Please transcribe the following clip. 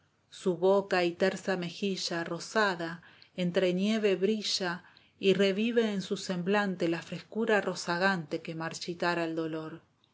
su boca y tersa mejilla rosada entre nieve brilla y revive en su semblante t a frescura rozagante oue marchitara el dolor